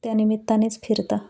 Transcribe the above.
त्या निमित्तानेच फिरता